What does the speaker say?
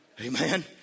Amen